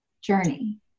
journey